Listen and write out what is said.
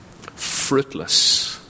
fruitless